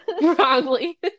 wrongly